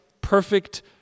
perfect